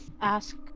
ask